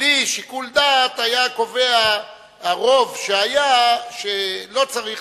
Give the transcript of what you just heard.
בלי שיקול דעת היה קובע הרוב שהיה שלא צריך